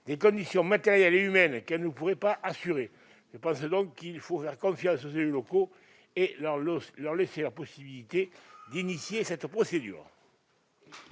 des conditions matérielles et humaines qu'elles ne pourraient pas assumer. Il faut faire confiance aux élus locaux et leur laisser la possibilité d'initier cette procédure.